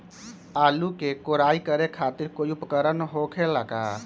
आलू के कोराई करे खातिर कोई उपकरण हो खेला का?